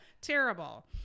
terrible